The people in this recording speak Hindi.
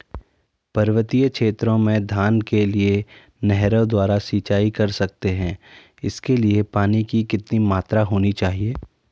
पर्वतीय क्षेत्रों में धान के लिए नहरों द्वारा सिंचाई कर सकते हैं इसके लिए पानी की कितनी मात्रा होनी चाहिए?